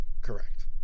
Correct